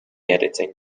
editing